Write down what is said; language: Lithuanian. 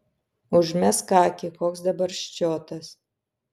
užmesk akį koks dabar ščiotas